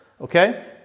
Okay